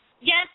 Yes